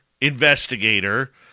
investigator